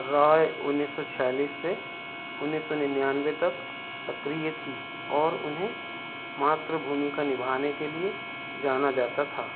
रॉय उन्नीस सौ छियालीस से उन्नीस सौ निन्यानवे तक सक्रिय थी और उन्हें मात्र भूमिका निभाने के लिए जाना जाता था